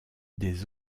des